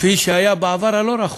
כפי שהיה בעבר הלא-רחוק,